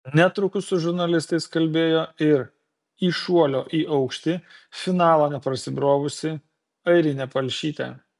netrukus su žurnalistais kalbėjo ir į šuolio į aukštį finalą neprasibrovusi airinė palšytė